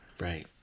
Right